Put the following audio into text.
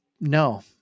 No